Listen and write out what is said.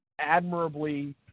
admirably